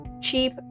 cheap